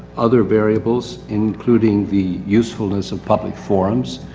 other variables, including the usefulness of public forums.